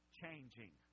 changing